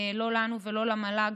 לא לנו ולא למל"ג,